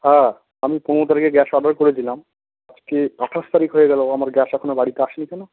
হ্যাঁ আমি পনেরো তারিখে গ্যাস অর্ডার করে দিলাম আজকে আঠাশ তারিখ হয়ে গেল আমার গ্যাস এখনও বাড়িতে আসেনি কেন